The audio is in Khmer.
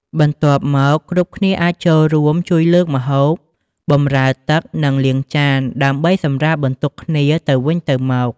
បន្ទាប់មក គ្រប់គ្នាអាចចូលរួមជួយលើកម្ហូប បម្រើទឹក និងលាងចាន ដើម្បីសម្រាលបន្ទុកគ្នាទៅវិញទៅមក។